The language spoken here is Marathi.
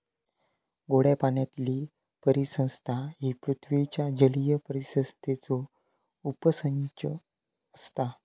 गोड्या पाण्यातीली परिसंस्था ही पृथ्वीच्या जलीय परिसंस्थेचो उपसंच असता